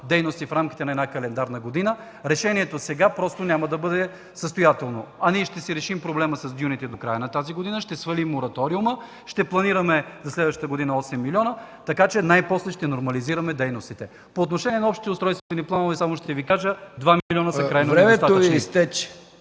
дейности в рамките на една календарна година за не повече от 10 милиона, решението сега няма да бъде състоятелно. А ние ще си решим проблема с дюните до края на тази година, ще свалим мораториума, ще планираме за следващата година осем милиона, така че най-после ще нормализираме дейностите. По отношение на общите устройствени планове само ще Ви кажа – два милиона са крайно недостатъчни.